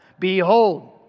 Behold